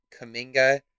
Kaminga